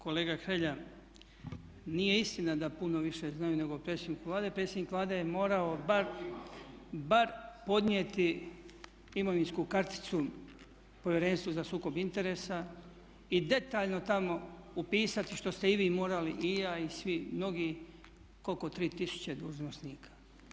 Kolega Hrelja nije istina da puno više znaju nego o predsjedniku Vlade, predsjednik Vlade je morao bar podnijeti imovinsku karticu Povjerenstvu za sukob interesa i detaljno tamo upisati što ste i vi morali i ja i svi, mnogi, koliko 3000 dužnosnika.